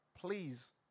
please